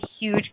huge